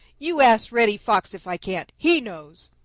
you ask reddy fox if i can't he knows.